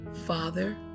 Father